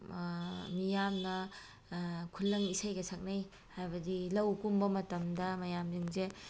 ꯃꯤꯌꯥꯝꯅ ꯈꯨꯂꯪ ꯏꯁꯩꯒ ꯁꯛꯅꯩ ꯍꯥꯏꯕꯗꯤ ꯂꯧ ꯀꯨꯝꯕ ꯃꯇꯝꯗ ꯃꯌꯥꯝꯁꯤꯡꯁꯦ